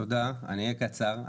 תודה אני אהיה קצר,